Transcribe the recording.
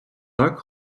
так